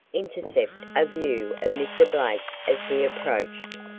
intercept a view of mr. blake as he approached.